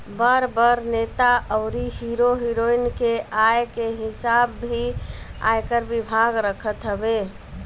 बड़ बड़ नेता अउरी हीरो हिरोइन के आय के हिसाब भी आयकर विभाग रखत हवे